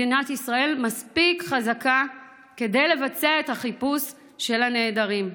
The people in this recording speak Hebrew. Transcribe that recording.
מדינת ישראל מספיק חזקה כדי לבצע את החיפוש של הנעדרים.